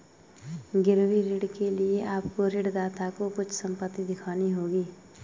गिरवी ऋण के लिए आपको ऋणदाता को कुछ संपत्ति दिखानी होगी